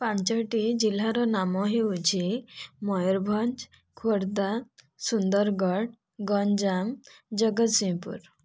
ପାଞ୍ଚୋଟି ଜିଲ୍ଲାର ନାମ ହେଉଛି ମୟୂରଭଞ୍ଜ ଖୋର୍ଦ୍ଧା ସୁନ୍ଦରଗଡ଼ ଗଞ୍ଜାମ ଜଗତସିଂହପୁର